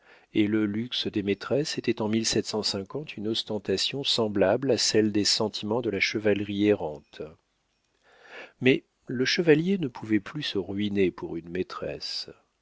et le luxe des maîtresses était en une ostentation semblable à celle des sentiments de la chevalerie errante mais le chevalier ne pouvait plus se ruiner pour une maîtresse